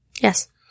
yes